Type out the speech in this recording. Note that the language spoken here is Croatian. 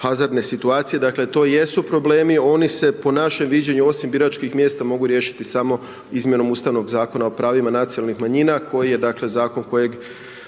hazardne situacije, dakle, to jesu problemi, oni se po našem viđenju osim biračkih mjesta mogu riješiti samo izmjenom ustavnog Zakona o pravima nacionalnih manjina, koji je dakle, zakon kojeg